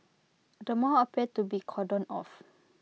the mall appeared to be cordoned off